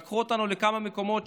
לקחו אותנו לכמה מקומות,